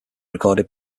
recorded